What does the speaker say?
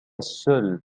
seul